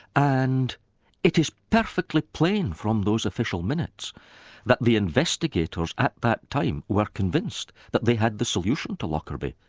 and it is perfectly plain from those official minutes that the investigators at that time were convinced that they had the solution to lockerbie,